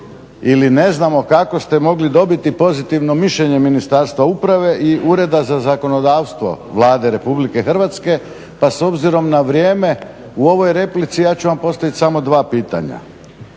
ili ne znamo kako ste mogli dobiti pozitivno mišljenje Ministarstva uprave i Ureda za zakonodavstvo Vlade Republike Hrvatske, pa s obzirom na vrijeme u ovoj replici ja ću vam postaviti samo dva pitanja.